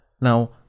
Now